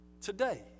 today